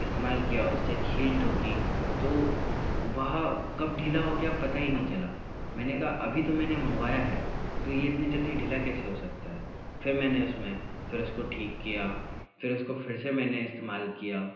इस्तेमाल किया उससे कील ठोकी तो वह कब ढीला हो गया पता ही ना चला मैंने कहा अभी तो मैंने मंगवाया है तो ये इतनी जल्दी ढीला कैसे हो सकता है फिर मैंने उसमें फिर इसको ठीक किया फिर उसको फिर से मैंने इस्तेमाल किया